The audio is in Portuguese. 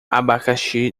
abacaxi